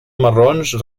marrons